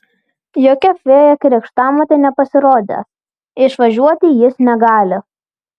jokia fėja krikštamotė nepasirodė išvažiuoti jis negali